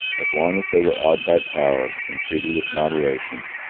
as long as they were awed by power and treated with moderation,